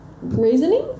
reasoning